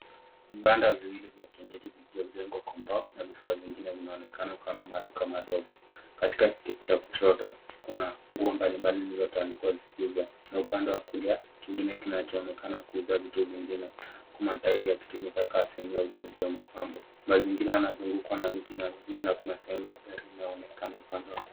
Vibanda viwili vya kienyeji vilivyoekwa kondoo na vifaa vingine vinaonekana kama maduka madogo, katika cha kushoto kuna nguo mbali mbali na upande wa kulia kuuza vitu vingine kuna tairi kutumika kama sehemu ya ujenzi ya mapambo na zingine zimevungukwa na miti na gunia na kuna sehemu ya gari linaonekana upande wa kulia.